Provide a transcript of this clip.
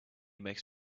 makes